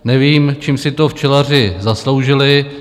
Nevím, čím si to včelaři zasloužili.